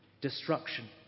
destruction